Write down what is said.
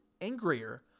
angrier